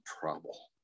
trouble